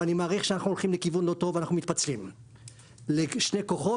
אבל אני מעריך שאנחנו הולכים לכיוון לא טוב ואנחנו מתפצלים לשני כוחות.